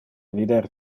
vider